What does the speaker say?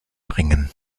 bringen